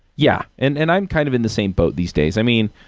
yeah, and and i'm kind of in the same boat these days. i mean,